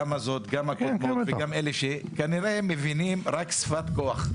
גם זו, גם הקודמות, כנראה שהם מבינים רק שפת כוח.